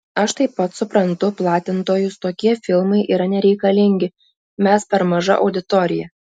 aš taip pat suprantu platintojus tokie filmai yra nereikalingi mes per maža auditorija